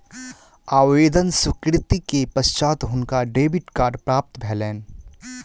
आवेदन स्वीकृति के पश्चात हुनका डेबिट कार्ड प्राप्त भेलैन